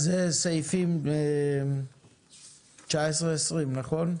אז סעיפים 19, 20. נכון?